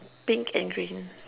pink and green